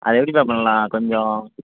அது எப்படிப்பா பண்ணலாம் கொஞ்சம்